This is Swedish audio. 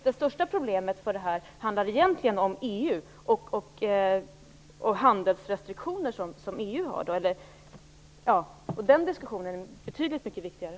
Det största problemet handlar egentligen om EU och om EU:s handelsrestriktioner. Den diskussionen är betydligt viktigare.